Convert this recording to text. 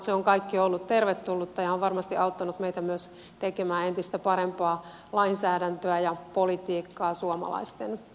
se on kaikki ollut tervetullutta ja on varmasti auttanut meitä myös tekemään entistä parempaa lainsäädäntöä ja politiikkaa suomalaisten hyväksi